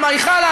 על מה היא חלה,